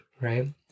right